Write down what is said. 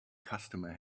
customer